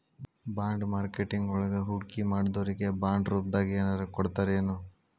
Bond marketing ವಳಗ ಹೂಡ್ಕಿಮಾಡ್ದೊರಿಗೆ ಬಾಂಡ್ರೂಪ್ದಾಗೆನರ ಕೊಡ್ತರೆನು?